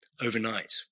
Overnight